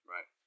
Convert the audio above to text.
Right